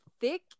thick